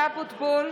אבוטבול,